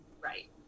right